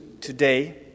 today